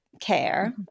care